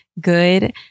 good